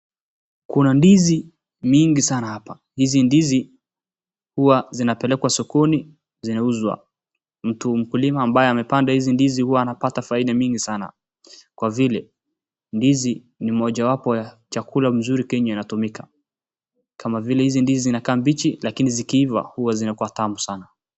Kuna ndizi mingi sana hapa, hizi ndizi huwa zinapelekwa sokoni zinauzwa mtu mkulima ambaye amepanda hizi ndizi huwa anapataa faida mingi sana. Kwa vile, ndizi ni moja wapo ya chakula zuri Kenya inatumika. kama vile hizi ndizi zinakaa mbichi lakini zikiivaa huwa zinakuwa tamu sana.